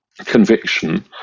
conviction